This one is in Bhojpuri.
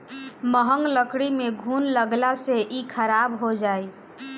महँग लकड़ी में घुन लगला से इ खराब हो जाई